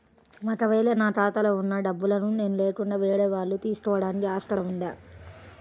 ఒక వేళ నా ఖాతాలో వున్న డబ్బులను నేను లేకుండా వేరే వాళ్ళు తీసుకోవడానికి ఆస్కారం ఉందా?